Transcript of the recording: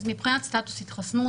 מבחינת התחסנות,